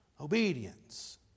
obedience